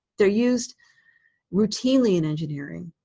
they're used routinely in engineering,